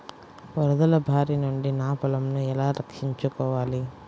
వరదల భారి నుండి నా పొలంను ఎలా రక్షించుకోవాలి?